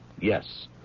Yes